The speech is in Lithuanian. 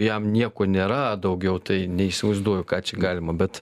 jam nieko nėra daugiau tai neįsivaizduoju ką čia galima bet